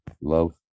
Love